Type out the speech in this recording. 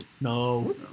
No